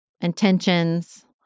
intentions